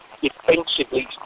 defensively